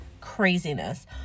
craziness